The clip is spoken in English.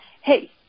hey